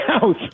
house